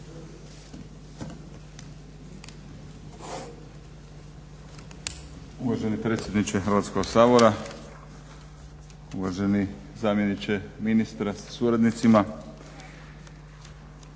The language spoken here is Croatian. Uvaženi predsjedniče Hrvatskog sabora, uvaženi zamjeniče ministra sa suradnicima.